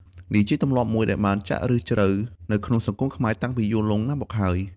នេះជាទម្លាប់មួយ ដែលបានចាក់ឫសជ្រៅនៅក្នុងសង្គមខ្មែរ តាំងពីយូរលង់ណាស់មកហើយ។